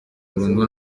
burundu